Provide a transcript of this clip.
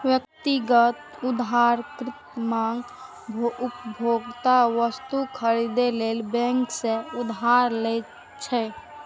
व्यक्तिगत उधारकर्ता महग उपभोक्ता वस्तु खरीदै लेल बैंक सं उधार लै छै